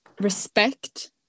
respect